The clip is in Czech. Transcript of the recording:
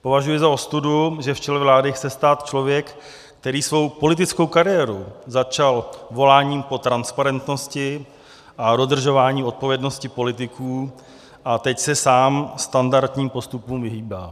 Považuji za ostudu, že v čele vlády chce stát člověk, který svou politickou kariéru začal voláním po transparentnosti a dodržování odpovědnosti politiků, a teď se sám standardním postupům vyhýbá.